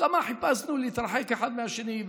כמה חיפשנו להתרחק אחד מהשני.